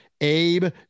Abe